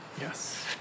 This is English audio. Yes